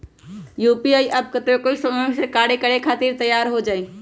UPI app कतेइक समय मे कार्य करे खातीर तैयार हो जाई?